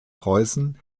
preußen